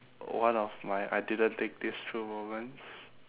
one of my I didn't think this through moments